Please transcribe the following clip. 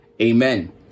Amen